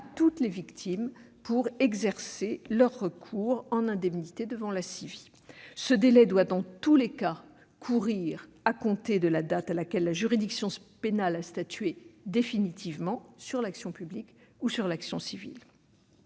toutes les victimes pour exercer leur recours en indemnité devant la CIVI. Ce délai doit courir, dans tous les cas, à compter de la date à laquelle la juridiction pénale a statué définitivement sur l'action publique ou sur l'action civile.